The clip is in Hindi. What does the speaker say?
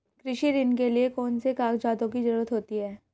कृषि ऋण के लिऐ कौन से कागजातों की जरूरत होती है?